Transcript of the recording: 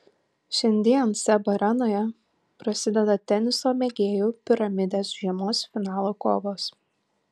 šiandien seb arenoje prasideda teniso mėgėjų piramidės žiemos finalo kovos